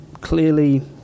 Clearly